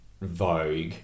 Vogue